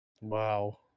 Wow